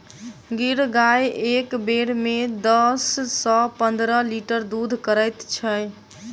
गिर गाय एक बेर मे दस सॅ पंद्रह लीटर दूध करैत छै